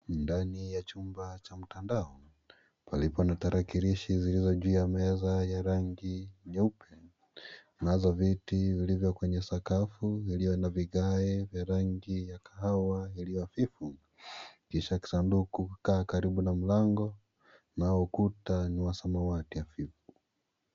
Ndani ya jumba cha mtandao palipo na tarakilishi zilizo juu ya meza ya rangi nyeupe ,nazo viti zilizo kwenye sakafu iliyo na vigae vya rangi ya kahawa iliyo fifu ,Kisha sanduku kukaa Karibu na mlango na ukutani wa samawati hafifu.